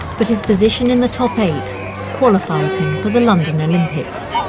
but his position in the top eight qualifies him for the london olympics.